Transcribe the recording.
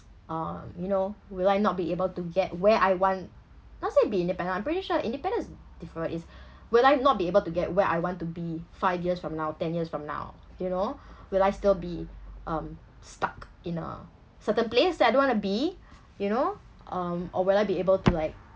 uh you know will I not be able to get where I want not say be independent I'm pretty sure independence i~ diffe~ is will I not be able to get where I want to be five years from now ten years from now you know will I still be um stuck in a certain place that I don't want to be you know um or will I be able to like